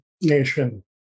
nation